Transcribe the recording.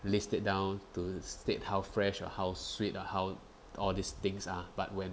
list it down to state how fresh or how sweet or how all these things are but when